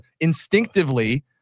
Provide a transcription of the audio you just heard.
instinctively